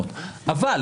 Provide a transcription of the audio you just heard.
אגב,